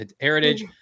heritage